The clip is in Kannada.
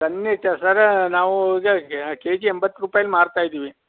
ಖಂಡಿತ ಸರ್ ನಾವು ಈಗ ಕೆ ಜಿ ಎಂಬತ್ತು ರೂಪಾಯಲ್ಲಿ ಮಾರ್ತಾಯಿದ್ದೀವಿ